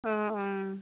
অঁ অঁ